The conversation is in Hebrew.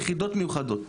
יחידות מיוחדות.